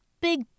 big